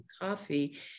coffee